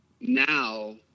now